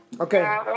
Okay